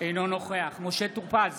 אינו נוכח משה טור פז,